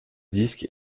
disque